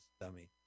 dummy